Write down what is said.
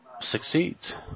succeeds